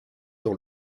dans